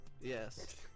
Yes